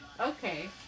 Okay